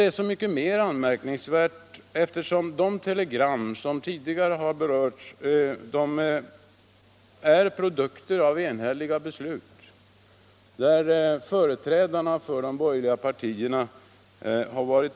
Detta är så mycket mer anmärkningsvärt som telegrammen är produkter av enhälliga beslut med företrädare även från de borgerliga partierna.